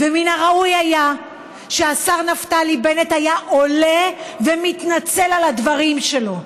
ומן הראוי היה שהשר נפתלי בנט היה עולה ומתנצל על הדברים שלו.